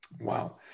Wow